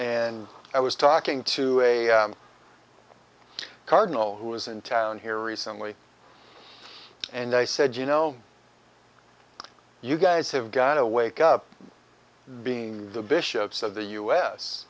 and i was talking to a cardinal who was in town here recently and i said you know you guys have got to wake up being the bishops of the u